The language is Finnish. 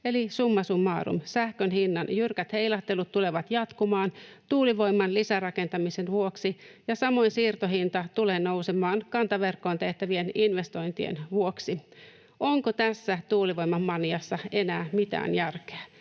eli summa summarum: sähkön hinnan jyrkät heilahtelut tulevat jatkumaan tuulivoiman lisärakentamisen vuoksi, ja samoin siirtohinta tulee nousemaan kantaverkkoon tehtävien investointien vuoksi. Onko tässä tuulivoiman maniassa enää mitään järkeä?